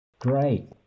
great